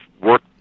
work